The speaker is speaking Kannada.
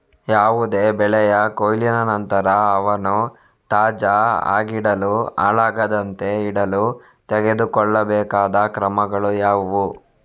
ಯಾವುದೇ ಬೆಳೆಯ ಕೊಯ್ಲಿನ ನಂತರ ಅವನ್ನು ತಾಜಾ ಆಗಿಡಲು, ಹಾಳಾಗದಂತೆ ಇಡಲು ತೆಗೆದುಕೊಳ್ಳಬೇಕಾದ ಕ್ರಮಗಳು ಯಾವುವು?